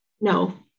No